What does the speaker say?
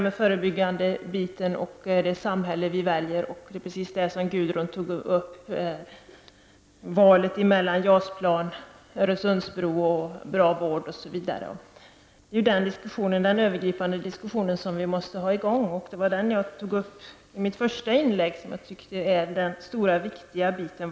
Den förebyggande vården och vilket samhälle vi väljer var precis vad Gudrun Schyman tog upp. Det handlar om valet mellan JAS-plan, Öresundsbro och bra vård m.m. Det är den övergripande diskussionen vi måste ha i gång. Det var det jag tog upp i mitt första inlägg. Jag tycker att det är den stora och viktiga biten.